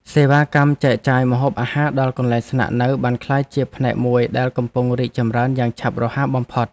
សេវាកម្មចែកចាយម្ហូបអាហារដល់កន្លែងស្នាក់នៅបានក្លាយជាផ្នែកមួយដែលកំពុងរីកចម្រើនយ៉ាងឆាប់រហ័សបំផុត។